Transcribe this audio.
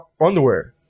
underwear